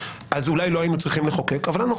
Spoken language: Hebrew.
אז אולי לא היינו צריכים לחוקק אבל אנחנו